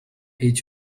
each